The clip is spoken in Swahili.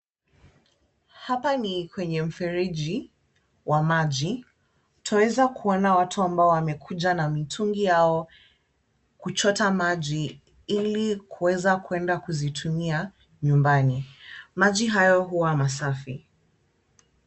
Hapa ni kwenye mfereji wa maji. Twaweza kuona watu ambao wamekuja na mitungi yao kuchota maji ili kuweza kwenda kuzitumia nyumbani. Maji hayo huwa masafi.